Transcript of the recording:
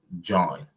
join